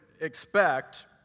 expect